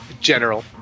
general